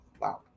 Wow